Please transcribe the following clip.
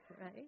right